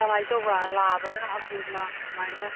ꯀꯃꯥꯏꯅ ꯇꯧꯕ ꯂꯥꯕꯅ ꯑꯃꯣꯝꯅ ꯀꯃꯥꯏꯅ